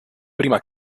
prima